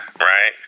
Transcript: Right